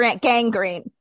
gangrene